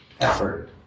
effort